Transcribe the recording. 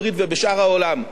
עשינו את זה עד היום,